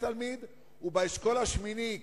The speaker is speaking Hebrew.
ובאשכול השמיני,